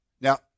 Now